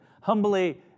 Humbly